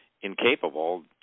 incapable